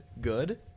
good